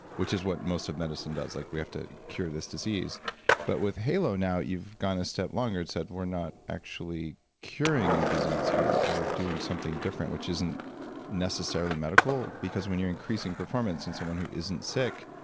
which is what most of medicine does. like we have to cure this disease but, with halo now, you've gone a step longer and said, we're not actually curing a disease here. we're doing something different, which isn't necessarily medical, because when you're increasing performance in someone who isn't sick,